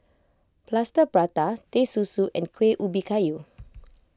Plaster Prata Teh Susu and Kueh Ubi Kayu